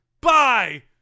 Bye